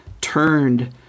turned